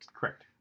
Correct